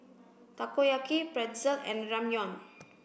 Takoyaki Pretzel and Ramyeon